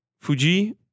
Fuji